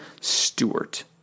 Stewart